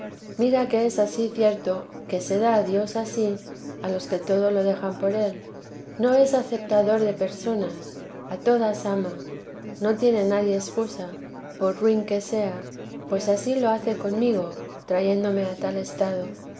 mira que es ansí cierto que se da disí a los que todo lo dejan por él no es acetador de personas a todas ama no tiene nadie excusa por ruin que sea pues ansí lo hace conmigo trayéndome a tal estado